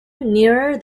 nearer